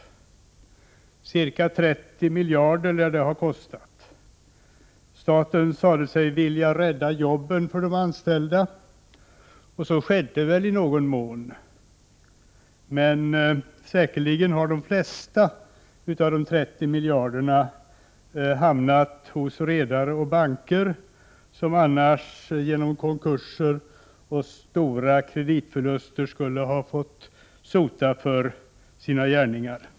Ca 30 miljarder lär det ha kostat. Staten sade sig vilja rädda jobben för de anställda. Så skedde väl också i någon mån. Men säkerligen har de flesta av de 30 miljarderna hamnat hos redare och banker, som annars genom konkurser 149 och stora kreditförluster skulle ha fått sota för sina gärningar.